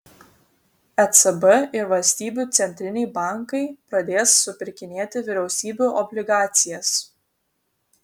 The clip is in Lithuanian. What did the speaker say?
ecb ir valstybių centriniai bankai pradės supirkinėti vyriausybių obligacijas